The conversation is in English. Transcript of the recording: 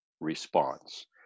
response